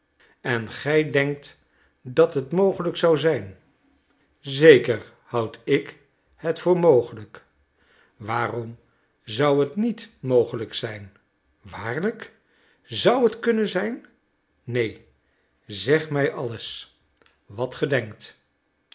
en gij denkt dat het mogelijk zou zijn zeker houd ik het voor mogelijk waarom zou het niet mogelijk zijn waarlijk zou het kunnen zijn neen zeg mij alles wat ge denkt